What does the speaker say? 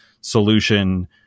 solution